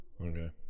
Okay